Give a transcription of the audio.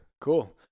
Cool